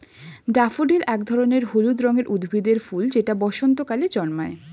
daffodil এক ধরনের হলুদ রঙের উদ্ভিদের ফুল যেটা বসন্তকালে জন্মায়